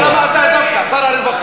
למה המפלגה שלך ולמה אתה דווקא, שר הרווחה?